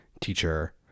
teacher